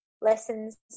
lessons